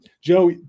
Joe